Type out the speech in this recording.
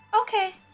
Okay